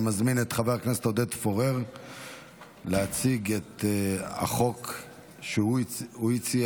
אני מזמין את חבר הכנסת עודד פורר להציג את החוק שהוא הציע.